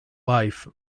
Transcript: life